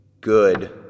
good